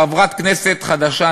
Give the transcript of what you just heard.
חברת כנסת חדשה,